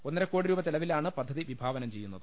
ഒന്നരക്കോടി രൂപ ചെലവിലാണ് പദ്ധതി വിഭാവനം ചെയ്യുന്നത്